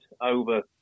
over